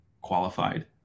qualified